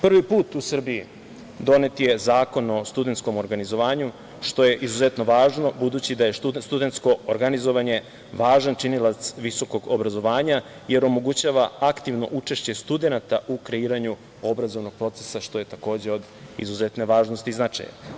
Prvi put u Srbiji donet je Zakon o studentskom organizovanju, što je izuzetno važno, budući da je studentsko organizovanje važan činilac visokog obrazovanja, jer omogućava aktivno učešće studenata u kreiranju obrazovnog procesa, što je takođe od izuzetne važnosti i značaja.